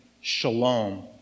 shalom